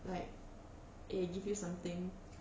like eh give you something